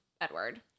Edward